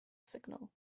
signal